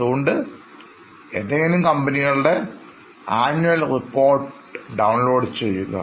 അതുകൊണ്ട് ഏതെങ്കിലും കമ്പനികളുടെ ആനുവൽ റിപ്പോർട്ട് ഡൌൺലോഡ് ചെയ്യുക